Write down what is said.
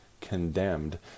condemned